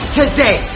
today